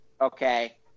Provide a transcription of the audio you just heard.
okay